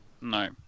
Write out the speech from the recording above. no